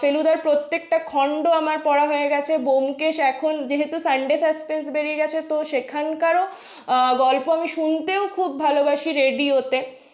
ফেলুদার প্রত্যেকটা খণ্ড আমার পড়া হয়ে গেছে ব্যোমকেশ এখন যেহেতু সানডে সাসপেন্স বেরিয়ে গেছে তো সেখানকারও গল্প আমি শুনতেও খুব ভালোবাসি রেডিওতে